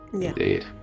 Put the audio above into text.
Indeed